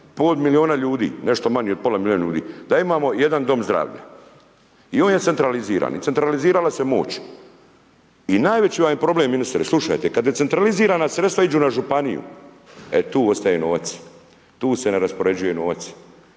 pol milijuna ljudi, nešto manje od pola milijuna ljudi, da imamo jedan dom zdravlja. I on je centraliziran i centralizirala se je moć. I najveći vam je problem ministre, slušajte, kada decentralizirana sredstva idu na županiju, e tu ostaje novac. Tu se ne raspoređuje novac.